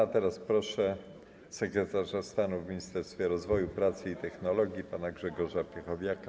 A teraz proszę sekretarza stanu w Ministerstwie Rozwoju, Pracy i Technologii pana Grzegorza Piechowiaka.